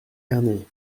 ernée